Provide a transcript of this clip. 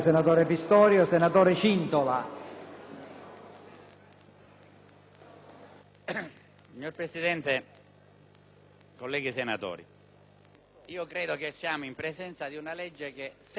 Signor Presidente, colleghi senatori, credo che siamo in presenza di una legge che, pur sembrando di poco conto, ha invece una grossa valenza,